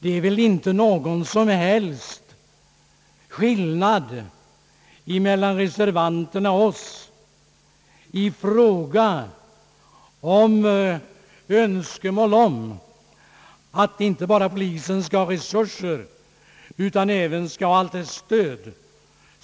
Det är väl ingen som helst skillnad mellan reservanterna och oss i fråga om att önska polisen inte bara resurser, utan även allt stöd.